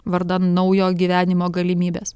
vardan naujo gyvenimo galimybės